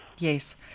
Yes